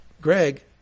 Greg